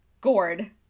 gourd